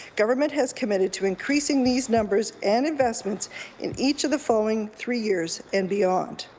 government has committed to increasing these numbers and investments in each of the following three years and beyond.